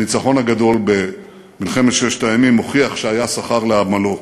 הניצחון הגדול במלחמת ששת הימים הוכיח שהיה שכר לעמלו.